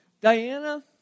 Diana